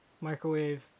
microwave